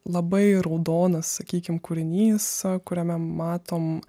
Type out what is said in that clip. labai raudonas sakykim kūrinys kuriame matom